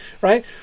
right